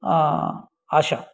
आशा